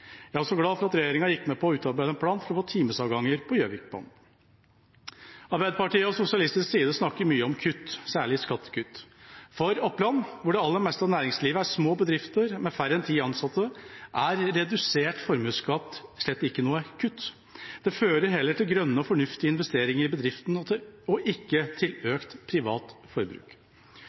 Jeg er også glad for at regjeringa gikk med på å utarbeide en plan for å få timesavganger på Gjøvikbanen. Arbeiderpartiet og sosialistisk side snakker mye om kutt, særlig skattekutt. For Oppland, hvor det aller meste av næringslivet er små bedrifter med færre enn ti ansatte, er redusert formuesskatt slett ikke noe kutt. Det fører heller til grønne og fornuftige investeringer i bedriften og ikke til økt privat forbruk.